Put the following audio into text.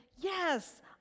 yes